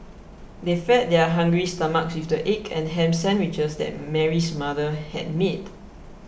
they fed their hungry stomachs with the egg and ham sandwiches that Mary's mother had made